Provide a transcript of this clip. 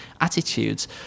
attitudes